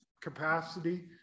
capacity